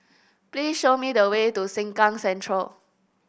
please show me the way to Sengkang Central